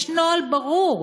יש נוהל ברור.